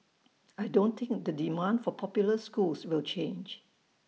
I don't think the demand for popular schools will change